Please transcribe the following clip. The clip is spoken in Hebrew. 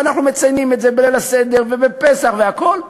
ואנחנו מציינים את זה בליל הסדר ובפסח והכול,